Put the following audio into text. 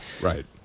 Right